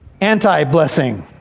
anti-blessing